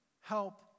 help